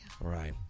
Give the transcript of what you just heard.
right